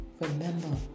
remember